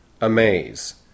Amaze